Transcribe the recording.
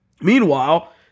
Meanwhile